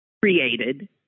created